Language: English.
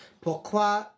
Pourquoi